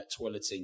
toileting